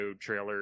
trailer